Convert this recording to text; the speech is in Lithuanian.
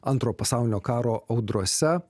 antro pasaulinio karo audrose